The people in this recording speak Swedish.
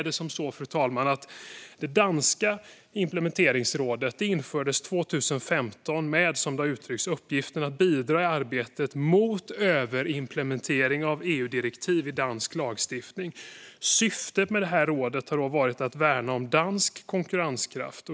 Det danska implementeringsrådet infördes 2015 med, som det utrycktes, uppgiften att bidra i arbetet mot överimplementering av EU-direktiv i dansk lagstiftning. Syftet med rådet är att värna Danmarks konkurrenskraft.